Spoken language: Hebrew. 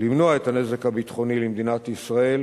למנוע את הנזק הביטחוני למדינת ישראל